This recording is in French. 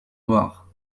noirs